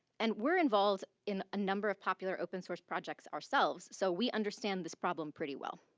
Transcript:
and were involved in a number of popular open source projects ourselves, so we understand this problem pretty well.